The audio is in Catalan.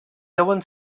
deuen